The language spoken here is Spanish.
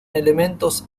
elementos